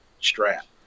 strap